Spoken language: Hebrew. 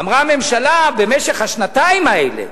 אמרה הממשלה: במשך השנתיים האלה,